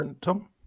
tom